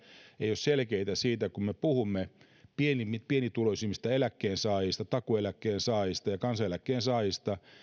ei ole selkeää kun me puhumme pienituloisimmista eläkkeensaajista takuueläkkeen saajista ja kansaneläkkeen saajista